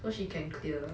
so she can clear